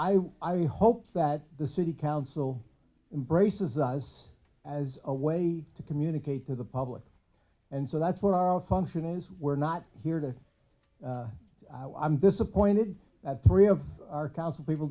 i i hope that the city council embraces us as a way to communicate to the public and so that's where our function is we're not here to i'm disappointed that three of our council people